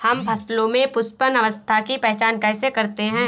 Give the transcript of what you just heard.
हम फसलों में पुष्पन अवस्था की पहचान कैसे करते हैं?